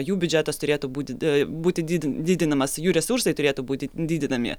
jų biudžetas turėtų būti būti didi didinamas jų resursai turėtų būti didinami